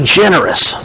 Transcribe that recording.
generous